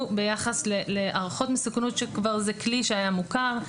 ביחס להערכות מסוכנות כשזה כלי שהיה מוכר,